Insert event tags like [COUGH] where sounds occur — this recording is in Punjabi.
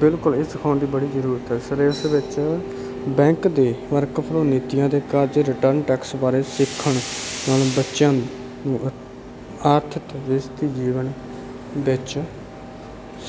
ਬਿਲਕੁਲ ਇਹ ਸਿਖਾਉਣ ਦੀ ਬੜੀ ਜ਼ਰੂਰਤ ਹੈ ਸਰ ਇਸ ਵਿੱਚ ਬੈਂਕ ਦੇ ਵਰਕਫਲੋ ਨੀਤੀਆਂ ਦੇ [UNINTELLIGIBLE] ਰਿਟਰਨ ਟੈਕਸ ਬਾਰੇ ਸਿੱਖਣ ਨਾਲ ਬੱਚਿਆਂ ਨੂੰ ਆਰਥਿਕ ਵਿਅਸਤ ਜੀਵਨ ਵਿੱਚ